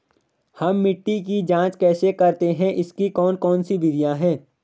हम मिट्टी की जांच कैसे करते हैं इसकी कौन कौन सी विधियाँ है?